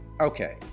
okay